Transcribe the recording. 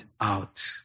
out